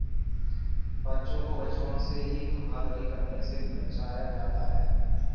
बच्चों को बचपन से ही धोखाधड़ी करने से बचाया जाता है